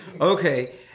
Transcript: Okay